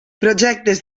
projectes